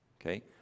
Okay